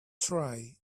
try